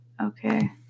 Okay